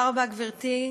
תודה רבה, גברתי.